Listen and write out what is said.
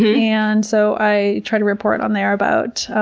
yeah and so i try to report on there about, ah